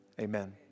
amen